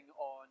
on